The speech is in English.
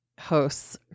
hosts